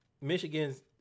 Michigan's